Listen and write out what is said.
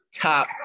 top